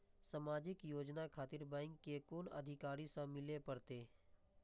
समाजिक योजना खातिर बैंक के कुन अधिकारी स मिले परतें?